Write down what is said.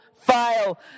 fail